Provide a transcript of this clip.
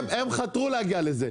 הם חתרו להגיע לזה,